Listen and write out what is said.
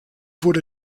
wurde